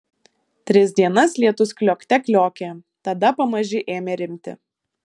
tris dienas lietus kliokte kliokė tada pamaži ėmė rimti